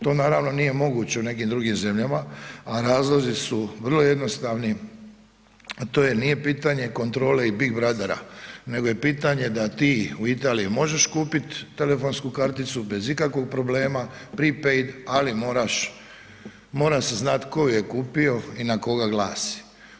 To naravno nije moguće u nekim drugim zemljama, a razlozi su vrlo jednostavni, a to je nije pitanje kontrole i big brothera, nego je pitanje da ti u Italiji možeš kupiti telefonsku karticu bez ikakvo problema prepaid ali moraš, mora se znat tko ju je kupio i na koga glasi.